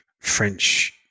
French